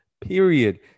Period